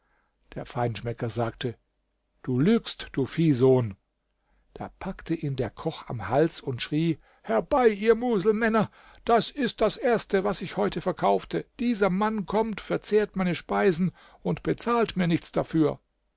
der feinschmecker sagte du lügst du viehsohn da packte ihn der koch am hals und schrie herbei ihr muselmänner das ist das erste was ich heute verkaufte dieser mann kommt verzehrt meine speisen und bezahlt mir nichts dafür